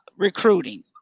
Recruiting